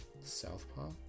Southpaw